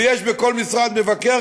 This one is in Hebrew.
ויש בכל משרד מבקר,